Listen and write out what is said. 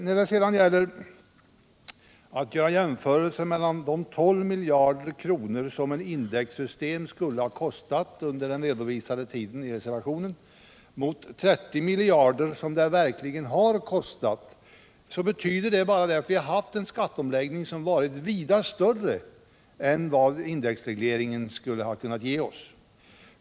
När det sedan gäller att göra jämförelser mellan de 12 miljarder kronor, som ett indexsystem skulle ha kostat under den i reservationen redovisade tiden, och de 30 miljarder kronor som sänkningarna verkligen har kostat, så betyder det bara att vi har haft en skatteomläggning som omfattat vida mer än vad en indexreglering skulle ha kunnat ge oss.